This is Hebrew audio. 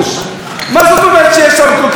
מה זאת אומרת שיש שם כל כך הרבה נשק?